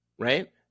right